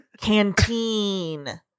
Canteen